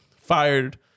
fired